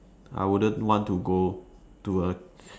I wouldn't want to go to a